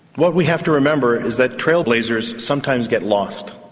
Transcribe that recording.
what we have to remember is that trailblazers sometimes get lost.